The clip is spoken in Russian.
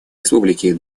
республики